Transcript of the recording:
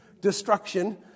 Destruction